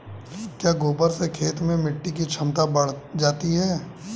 क्या गोबर से खेत में मिटी की क्षमता बढ़ जाती है?